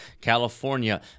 California